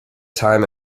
time